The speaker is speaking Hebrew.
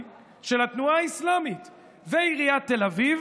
של התנועה האסלאמית ועיריית תל אביב,